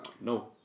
No